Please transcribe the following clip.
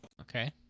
Okay